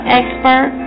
expert